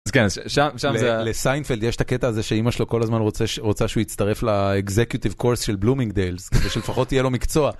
‫לסיינפלד יש את הקטע הזה ‫שאימא שלו כל הזמן רוצה שהוא יצטרף ‫לאיקזקיוטיב קורס של בלומינג דיילס ‫כדי שלפחות תהיה לו מקצוע.